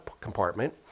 compartment